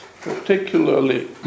particularly